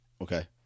Okay